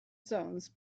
zones